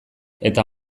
eta